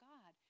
God